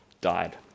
died